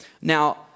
Now